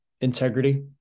integrity